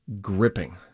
gripping